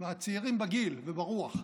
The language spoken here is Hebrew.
מהצעירים בגיל וברוח.